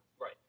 Right